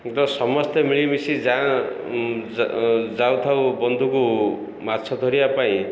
ସମସ୍ତେ ମିଳିମିଶି ଯାଉଥାଉ ବନ୍ଧକୁ ମାଛ ଧରିବା ପାଇଁ